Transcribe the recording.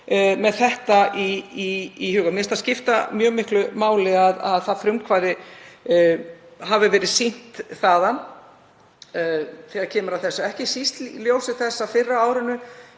með þetta í huga? Mér finnst það skipta mjög miklu máli að það frumkvæði hafi verið sýnt þaðan þegar kemur að þessu, ekki síst í ljósi þess að fyrr á árinu